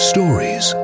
Stories